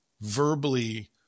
verbally